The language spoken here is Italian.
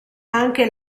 anche